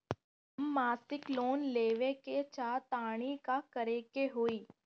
हम मासिक लोन लेवे के चाह तानि का करे के होई?